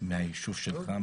מהיישוב שלך,